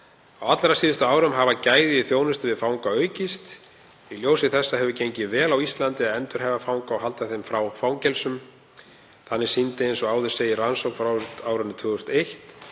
Á allra síðustu árum hafa gæði í þjónustu við fanga aukist. Í ljósi þessa hefur gengið vel á Íslandi að endurhæfa fanga og halda þeim frá fangelsum. Þannig sýndi, eins og áður segir, rannsókn frá árinu 2001